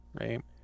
right